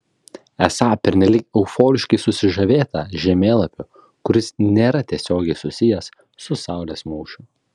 esą pernelyg euforiškai susižavėta žemėlapiu kuris nėra tiesiogiai susijęs su saulės mūšiu